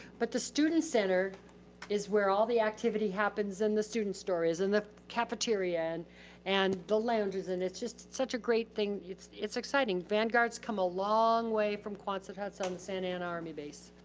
but the student center is where all the activity happens and the student stories, and the cafeteria, and and the lounges, and it's just such a great thing. it's it's exciting. vanguard's come a long way from kind of so on the santa ana army base.